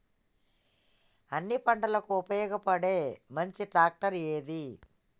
అన్ని పంటలకు ఉపయోగపడే మంచి ట్రాక్టర్ ఏది?